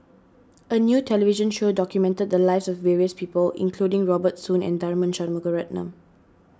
a new television show documented the lives of various people including Robert Soon and Tharman Shanmugaratnam